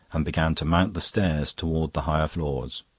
and began to mount the stairs towards the higher floors.